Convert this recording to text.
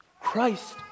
Christ